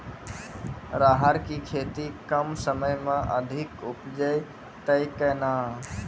राहर की खेती कम समय मे अधिक उपजे तय केना?